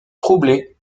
troublé